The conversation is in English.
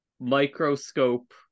microscope